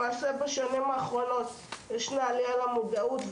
ממש בשנים האחרונות יש עלייה במודעות,